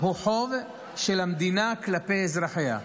הוא חוב של המדינה כלפי אזרחיה.